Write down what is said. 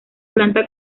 planta